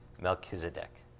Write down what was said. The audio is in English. Melchizedek